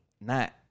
not-